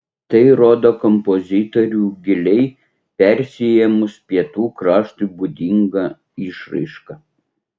tai rodo kompozitorių giliai persiėmus pietų kraštui būdinga išraiška